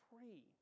free